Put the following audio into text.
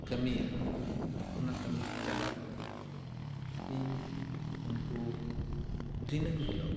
ᱠᱟᱹᱢᱤᱭᱟ ᱚᱱᱟ ᱠᱟᱹᱢᱤ ᱪᱟᱵᱟ ᱠᱟᱛᱮᱫ ᱤᱧ ᱩᱱᱠᱩ ᱫᱤᱱᱟᱹᱢ ᱦᱤᱞᱳᱜ